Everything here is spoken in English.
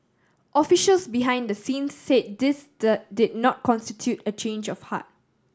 officials behind the scenes say this the did not constitute a change of heart